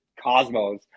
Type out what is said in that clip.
Cosmo's